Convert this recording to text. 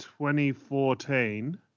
2014